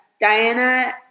Diana